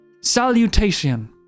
Salutation